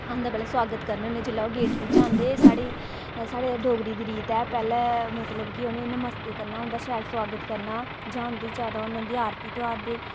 उं'दा पैह्ले सोआगत करने होन्ने जेल्लै ओह् गेट बिच्च आंदे साढ़े साढ़े डोगरी दी रीत ऐ पैह्ले मतलब कि उ'नेंगी इन्ने मस्ते करना उं'दा शैल सोआगत करना जां उं'दी जां जादा होन उं'दी आरती तोआरदे